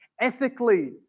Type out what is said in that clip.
ethically